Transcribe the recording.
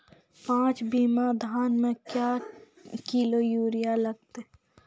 पाँच बीघा धान मे क्या किलो यूरिया लागते?